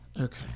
Okay